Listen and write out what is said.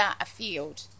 afield